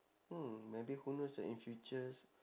mm maybe who knows ah in futures